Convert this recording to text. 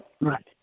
Right